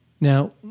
Now